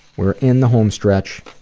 we're in the home stretch